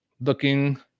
looking